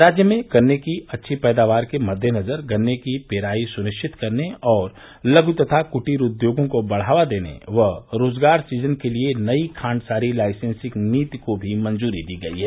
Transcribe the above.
राज्य में गन्ने की अच्छी पैदावार के मद्देनज़र गन्ने की पेराई सुनिश्चित करने और लघु तथा कुटीर उद्योगों को बढ़ावा देने व रोज़गार सृजन के लिए नई खांडसारी लाइसेंसिंग नीति को भी मंजूरी दी गई है